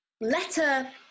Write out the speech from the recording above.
letter